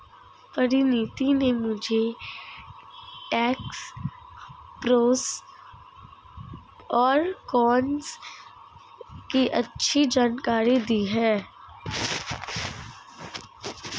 परिनीति ने मुझे tax pros और कोन्स की अच्छी जानकारी दी है